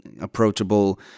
approachable